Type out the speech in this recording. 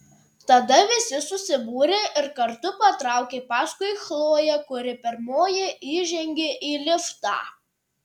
tada visi susibūrė ir kartu patraukė paskui chloję kuri pirmoji įžengė į liftą